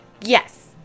Yes